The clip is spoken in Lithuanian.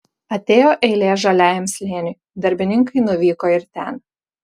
atėjo eilė žaliajam slėniui darbininkai nuvyko ir ten